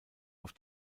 auf